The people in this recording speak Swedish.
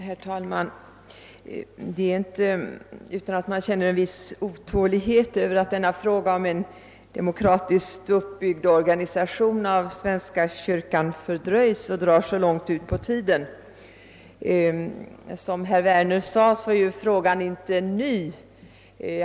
Herr talman! Det är inte utan att man känner en viss otålighet över att denna fråga om en demokratiskt uppbyggd organisation av svenska kyrkan drar så långt ut på tiden. Frågan är, som herr Werner sade, inte ny.